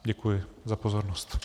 Děkuji za pozornost.